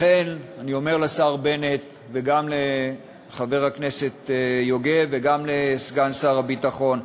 לכן אני אומר לשר בנט וגם לחבר הכנסת יוגב וגם לסגן שר הביטחון: